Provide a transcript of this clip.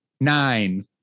Nine